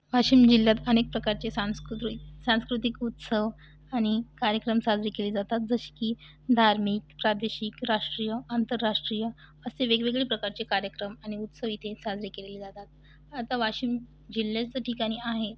वाशिम जिल्ह्यात अनेक प्रकारचे सांस्कृइ सांस्कृतिक उत्सव आणि कार्यक्रम साजरे केले जातात जसे की धार्मिक प्रादेशिक राष्ट्रीय आंतरराष्ट्रीय असे वेगवेगळे प्रकारचे कार्यक्रम आणि उत्सव इथे साजरे केले जातात आता वाशिम जिल्ह्याचं ठिकाणी आहे